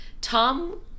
Tom